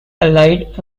allied